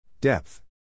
depth